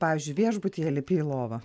pavyzdžiui viešbutyje lipi į lovą